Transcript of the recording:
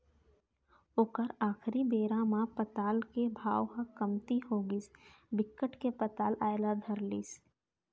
ओखर आखरी बेरा म पताल के भाव ह कमती होगिस बिकट के पताल आए ल धर लिस